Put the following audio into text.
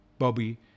Bobby